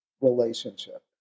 relationship